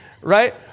Right